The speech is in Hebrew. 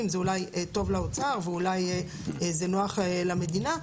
זה אולי טוב לאוצר ואולי זה נוח למדינה,